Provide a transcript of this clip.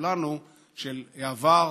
לכולנו של העבר